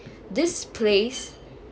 this place